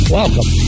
welcome